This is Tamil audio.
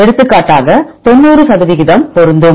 எடுத்துக்காட்டாக 90 சதவிகிதம் பொருந்தும்